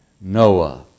Noah